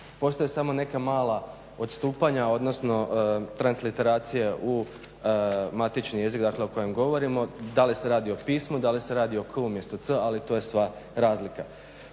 Postoje samo neka mala odstupanja odnosno transliteracija u matični jezik, dakle o kojem govorimo, da li se radi o pismu, da li se radi o k umjesto c ali to je sva razlika.